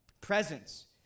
Presence